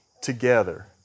together